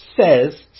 says